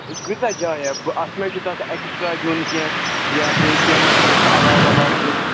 کۭژاہ جایہ اَتھ مےٚ چھُ تَتھ اٮ۪کٕسٹرٛا دیُن کیٚنٛہہ یا بیٚیہِ کیٚنٛہہ مَہ چھُ اَسہِ علاو وَلاو کیٚنٛہہ